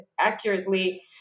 accurately